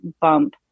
bump